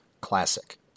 Classic